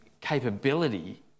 capability